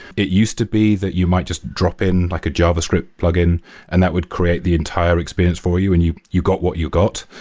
it used to be that you might just drop in like a javascript plugin and that would create the entire experience for you and you you got what you got,